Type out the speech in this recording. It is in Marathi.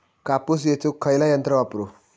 कापूस येचुक खयला यंत्र वापरू?